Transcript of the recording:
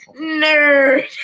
Nerd